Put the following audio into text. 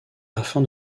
afin